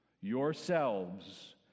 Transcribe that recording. yourselves